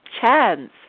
chance